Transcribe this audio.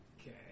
Okay